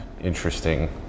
Interesting